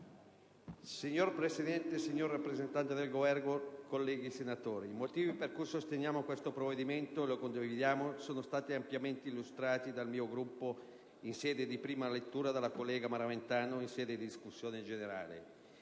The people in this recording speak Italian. Signor Presidente, signor rappresentante del Governo, colleghi senatori, i motivi per cui sosteniamo questo provvedimento e lo condividiamo sono stati ampiamente illustrati dal mio Gruppo in sede di prima lettura e dalla collega Maraventano in sede di discussione generale.